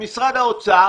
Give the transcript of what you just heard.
משרד האוצר